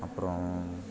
அப்றம்